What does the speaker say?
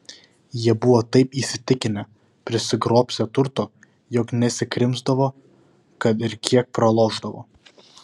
jie buvo taip įsitikinę prisigrobsią turto jog nesikrimsdavo kad ir kiek pralošdavo